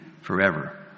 forever